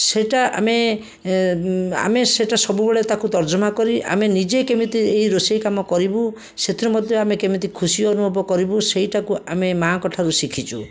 ସେଇଟା ଆମେ ଆମେ ସେଇଟା ସବୁବେଳେ ତାକୁ ତର୍ଜମା କରି ଆମେ ନିଜେ କେମିତି ଏହି ରୋଷେଇ କାମ କରିବୁ ସେଥିରୁ ମଧ୍ୟ ଆମେ କେମିତି ଖୁସି ଅନୁଭବ କରିବୁ ସେଇଟାକୁ ଆମେ ମା'ଙ୍କଠାରୁ ଶିଖିଛୁ